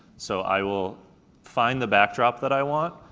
so i will find the backdrop that i want,